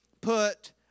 put